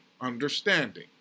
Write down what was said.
understanding